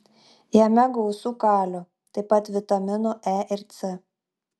jame gausu kalio taip pat vitaminų e ir c